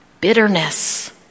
bitterness